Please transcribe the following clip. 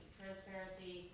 transparency